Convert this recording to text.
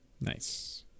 Nice